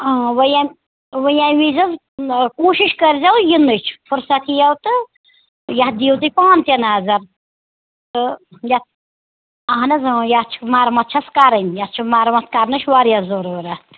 اۭں وۄنۍ ییٚمہِ وۄنۍ ییٚمہِ وِزِ حظ کوٗشِش کٔرۍزیو یِنٕچ فٕرسَت یِیَو تہٕ یَتھ دِیِو تُہۍ پانہٕ تہِ نظر تہٕ یَتھ اَہن حظ اۭں یَتھ چھِ مَرمَت چھَس کرٕنۍ یَتھ چھِ مَرمَت کرنٕچ واریاہ ضروٗرَتھ